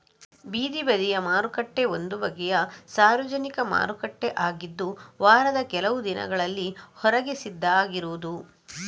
ಬೀದಿ ಬದಿಯ ಮಾರುಕಟ್ಟೆ ಒಂದು ಬಗೆಯ ಸಾರ್ವಜನಿಕ ಮಾರುಕಟ್ಟೆ ಆಗಿದ್ದು ವಾರದ ಕೆಲವು ದಿನಗಳಲ್ಲಿ ಹೊರಗೆ ಸಿದ್ಧ ಆಗಿರುದು